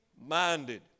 minded